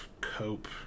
cope